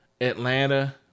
Atlanta